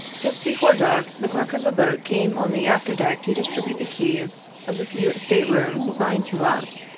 just before dark, the clerk of the boat came on the after-deck to distribute the keys of the few state-rooms assigned to us,